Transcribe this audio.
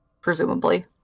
presumably